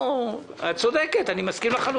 את צודקת, אני מסכים לחלוטין.